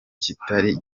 kitari